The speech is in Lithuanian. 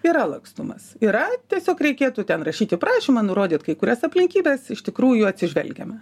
yra lakstumas yra tiesiog reikėtų ten rašyti prašymą nurodyt kai kurias aplinkybes iš tikrųjų atsižvelgiame